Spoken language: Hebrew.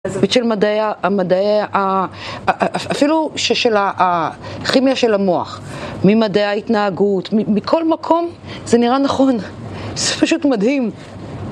מזווית של מדעי ה, אפילו כימיה של המוח, ממדעי ההתנהגות, מכל מקום זה נראה נכון, זה פשוט מדהים